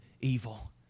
evil